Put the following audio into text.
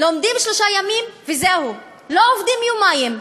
לומדים שלושה ימים, וזהו, לא עובדים יומיים.